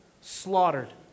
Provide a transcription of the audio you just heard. slaughtered